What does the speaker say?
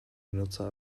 benutzer